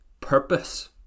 purpose